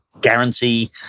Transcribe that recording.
guarantee